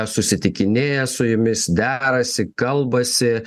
susitikinėja su jumis derasi kalbasi